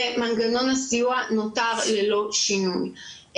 ומנגנון הסיוע נותר ללא שינוי,